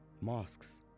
mosques